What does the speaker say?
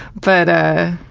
but, ah,